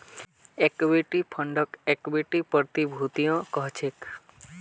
equity फंडक equity प्रतिभूतियो कह छेक